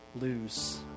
lose